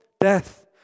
Death